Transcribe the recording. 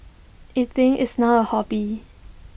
eating is now A hobby